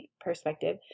perspective